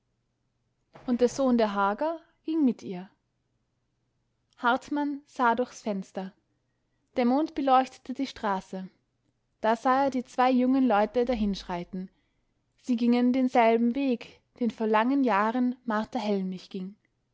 und der sohn der hagar ging mit ihr hartmann sah durchs fenster der mond beleuchtete die straße da sah er die zwei jungen leute dahinschreiten sie gingen denselben weg den vor langen jahren martha hellmich ging